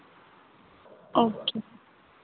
okay